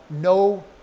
no